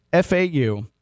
FAU